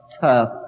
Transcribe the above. tough